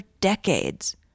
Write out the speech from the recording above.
decades